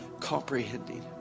comprehending